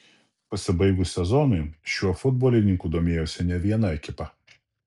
pasibaigus sezonui šiuo futbolininku domėjosi ne viena ekipa